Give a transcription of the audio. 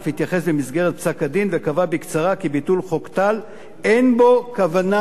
אף התייחס במסגרת פסק-הדין וקבע בקצרה כי ביטול חוק טל אין בו כוונה